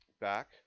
back